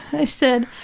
i said,